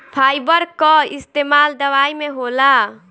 fibre कअ इस्तेमाल दवाई में होला